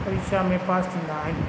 परीक्षा में पास थींदा आहिनि